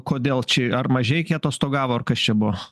kodėl čia ar mažeikiai atostogavo ar kas čia buvo